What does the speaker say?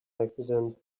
accident